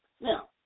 Now